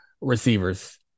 receivers